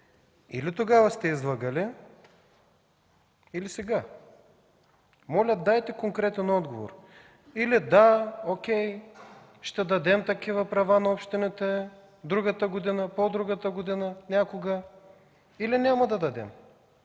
Или тогава сте излъгали, или сега. Моля, дайте конкретен отговор – или „да, окей, ще дадем такива права на общините другата година, пó другата година, някога”, или „няма да дадем”.